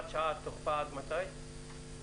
עד מתי תוקפה של הוראת השעה?